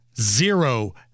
Zero